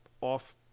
off